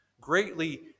greatly